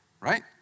right